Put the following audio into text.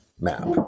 map